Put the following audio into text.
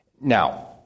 Now